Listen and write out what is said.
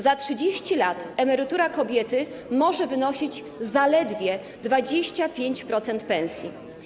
Za 30 lat emerytura kobiety może wynosić zaledwie 25% pensji.